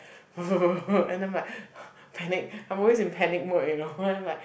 and then I'm like panic I'm always in panic mode you know and then I'm like